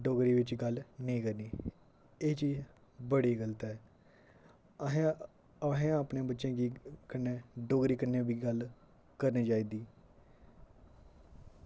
डोगरी विच गल्ल नेईं करनी एह् चीज बड़ी गलत ऐ असें असें अपने बच्चें गी कन्नै डोगरी कन्नै बी गल्ल करने चाहिदी